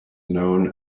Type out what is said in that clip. known